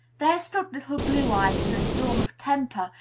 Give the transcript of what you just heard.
there stood little blue eyes, in a storm of temper,